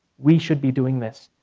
we should be doing this,